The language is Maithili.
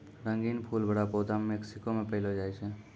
रंगीन फूल बड़ा पौधा मेक्सिको मे पैलो जाय छै